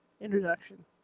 Introduction